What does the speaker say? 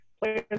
Players